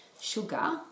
sugar